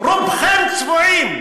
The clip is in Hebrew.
רובכם צבועים.